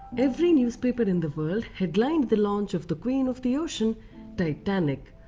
every newspaper in the world headlined the launch of the queen of the ocean titanic.